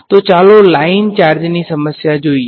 તો ચાલો લાઇન ચાર્જની સમસ્યા જોઈએ